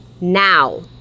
Now